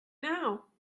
now